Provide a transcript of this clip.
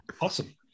Awesome